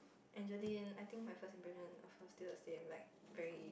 Angeline I think my first impression of her still the same like very